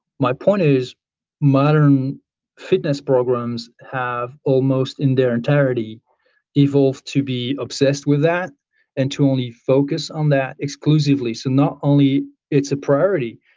my point is modern fitness programs have almost in their entirety evolved to be obsessed with that and to only focus on that exclusively, so not only it's a priority,